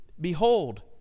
Behold